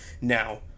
Now